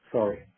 Sorry